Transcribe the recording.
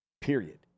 Period